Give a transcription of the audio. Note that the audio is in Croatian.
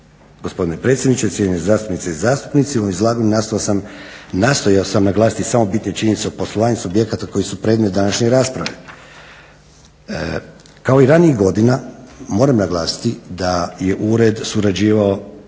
Gospodine predsjedniče, cijenjene zastupnice i zastupnici u ovom izlaganju nastojao sam naglasiti samo bitne činjenice o poslovanju subjekata koji su predmet današnje rasprave. Kao i ranijih godina moram naglasiti da je ured surađivao